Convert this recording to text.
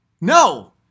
no